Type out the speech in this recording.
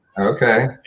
Okay